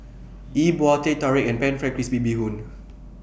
E Bua Teh Tarik and Pan Fried Crispy Bee Hoon